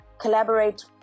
collaborate